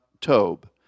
Tob